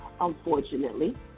Unfortunately